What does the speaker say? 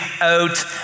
out